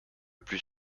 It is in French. plus